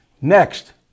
Next